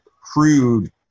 crude